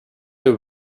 the